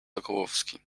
sokołowski